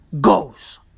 goes